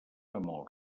amor